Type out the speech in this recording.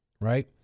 Right